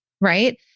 Right